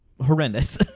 horrendous